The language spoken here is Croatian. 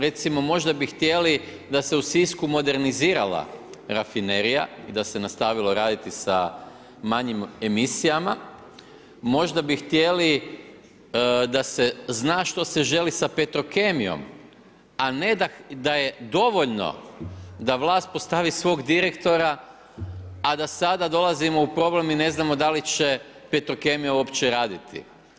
Recimo možda bi htjeli da se u Sisku modernizirala rafinerija i da se nastavilo raditi sa manjim emisijama, možda bi htjeli da se zna što se želi sa Petrokemijom a ne da je dovoljno da vlast postavi svog direktora a da sada dolazimo u problem i ne znamo da li će Petrokemija uopće raditi.